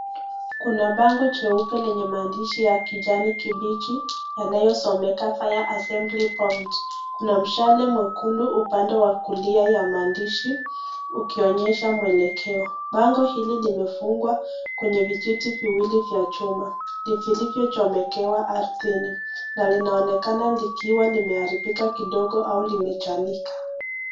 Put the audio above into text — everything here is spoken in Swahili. Kuna bango jeupe lenye maandishi ya kijani kibichi yanayosomeka fire assembly point. Kuna mshale mwekundu upande wa kulia wa maandishi ukionyesha muelekeo. Bango hili limefungwa kwenye vijiti viwili vya chuma, vilivyochomekewa ardhini na linaonekana likiwa limeharibika kidogo au limechanika.